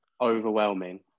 overwhelming